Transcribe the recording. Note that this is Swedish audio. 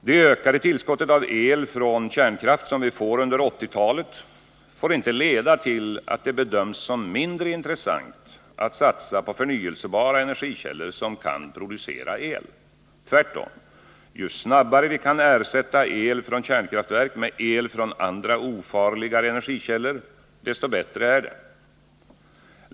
Det ökade tillskottet av el från kärnkraft som vi får under 1980-talet får inte leda till att det bedöms som mindre intressant att satsa på förnyelsebara energikällor som kan producera el. Tvärtom, ju snabbare vi kan ersätta el från kärnkraftverk med el från andra ofarligare energikällor, desto bättre är det.